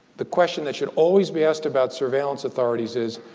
the question that should always be asked about surveillance authorities is,